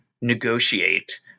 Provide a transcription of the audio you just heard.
negotiate